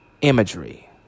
imagery